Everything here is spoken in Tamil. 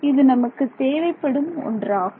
இது நமக்கு தேவைப்படும் ஒன்றாகும்